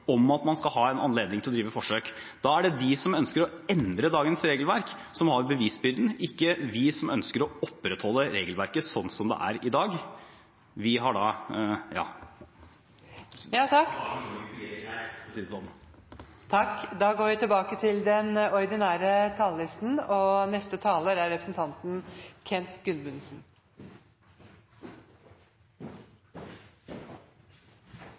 om at man skal ha en anledning til å drive forsøk. Da er det de som ønsker å endre dagens regelverk, som har bevisbyrden – ikke vi som ønsker å opprettholde regelverket slik det er i dag.